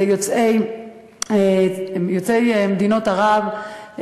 שיוצאי מדינות ערב,